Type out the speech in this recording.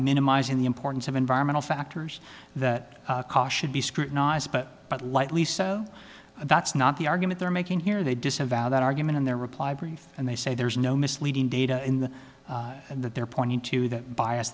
minimizing the importance of environmental factors that should be scrutinized but lightly so that's not the argument they're making here they disavow that argument in their reply brief and they say there's no misleading data in the that they're pointing to that bias